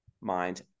mind